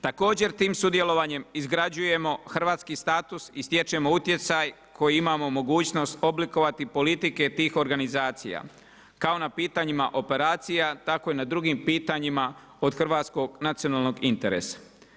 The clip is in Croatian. Također tim sudjelovanjem izgrađujemo hrvatski status i stječemo utjecaj koji imamo mogućnost oblikovati politike tih organizacija, kao na pitanjima operacija, tako i na drugim pitanjima od hrvatskog nacionalnog interesa.